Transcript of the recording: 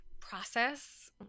process